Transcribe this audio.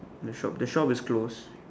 the shop the shop is closed